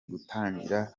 gutangira